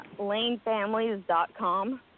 Lanefamilies.com